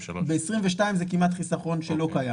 ב-22' זה כמעט חיסכון שלא קיים,